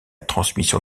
transmission